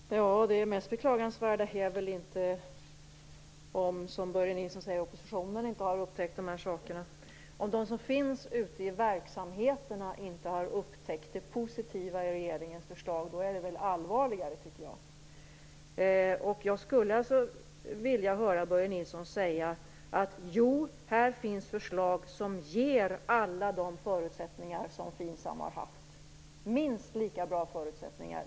Fru talman! Det mest beklagansvärda är väl inte om oppositionen inte har upptäckt de sakerna. Om de som finns ute i verksamheterna inte har upptäckt det positiva i regeringens förslag, då är det väl allvarligare, tycker jag. Jag skulle vilja höra Börje Nilsson säga: Här finns förslag som ger alla de förutsättningar som FINSAM har haft, minst lika bra förutsättningar.